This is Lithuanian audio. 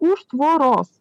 už tvoros